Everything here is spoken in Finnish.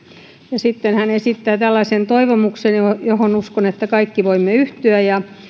sitten hän esitti tällaisen toivomuksen johon uskon että kaikki voimme yhtyä